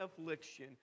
affliction